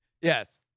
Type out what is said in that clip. Yes